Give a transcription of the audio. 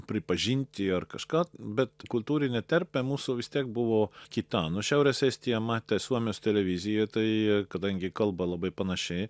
pripažinti ar kažką bet kultūrinė terpė mūsų vis tiek buvo kita nu šiaurės estija matė suomijos televiziją tai kadangi kalba labai panaši